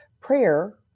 prayer